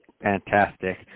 Fantastic